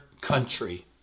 country